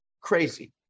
Crazy